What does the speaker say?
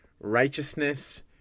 Righteousness